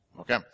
Okay